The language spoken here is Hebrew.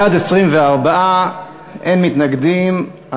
בעד, 24, אין מתנגדים.